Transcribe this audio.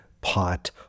pot